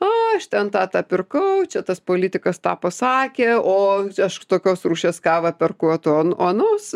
aš ten tą tą pirkau čia tas politikas tą pasakė o aš tokios rūšies kavą perku o tu a onos